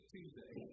Tuesday